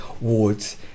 wards